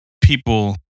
people